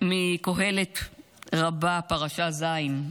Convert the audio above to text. מקהלת רבה, פרשה ז':